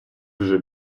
вже